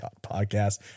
Podcast